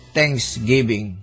Thanksgiving